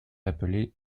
appelés